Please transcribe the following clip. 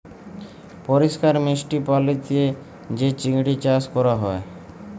পরিষ্কার মিষ্টি পালিতে যে চিংড়ি চাস ক্যরা হ্যয়